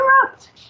corrupt